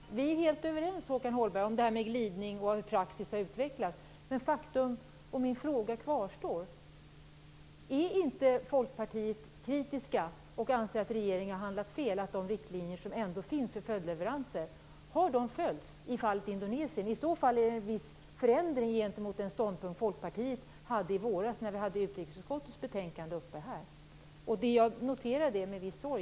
Herr talman! Vi är helt överens i fråga om glidning och hur praxis har utvecklats. Men min fråga kvarstår: Är inte Folkpartiet kritiskt och anser att regeringen har handlat fel? Har de riktlinjer som finns för följdleveranser följts i fallet Indonesien? I så fall är det en viss förändring gentemot den ståndpunkt Folkpartiet hade i våras när utrikesutskottets betänkande var uppe. Jag noterar det då med viss sorg.